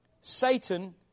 Satan